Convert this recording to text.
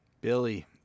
Billy